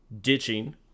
ditching